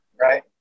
right